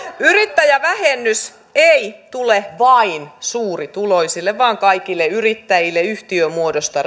yrittäjävähennys ei tule vain suurituloisille vaan kaikille yrittäjille yhtiömuodosta